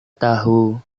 tahu